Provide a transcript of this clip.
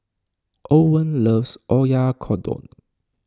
Owen loves Oyakodon